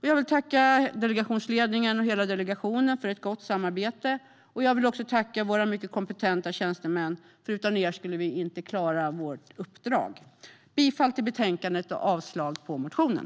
Jag vill tacka delegationsledningen och hela delegationen för ett gott samarbete. Jag vill också tacka våra mycket kompetenta tjänstemän, för utan er skulle vi inte klara vårt uppdrag. Jag yrkar bifall till förslaget i betänkandet och avslag på motionen.